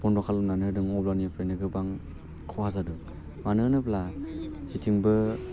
बन्द' खालामनानै होदों अब्लानिफ्रायनो गोबां खहा जादों मानो होनोब्ला जेथिंबो